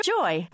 Joy